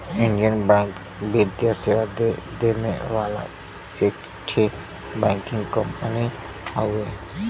Indian Bank वित्तीय सेवा देवे वाला एक ठे बैंकिंग कंपनी हउवे